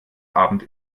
abend